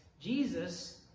Jesus